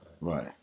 Right